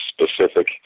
specific